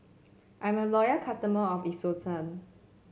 I'm a loyal customer of Isocal